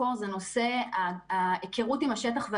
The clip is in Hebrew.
בין האגפים השונים.